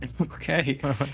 Okay